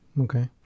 Okay